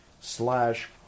slash